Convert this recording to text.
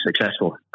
successful